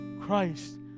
Christ